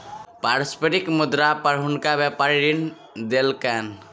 पारस्परिक मुद्रा पर हुनका व्यापारी ऋण देलकैन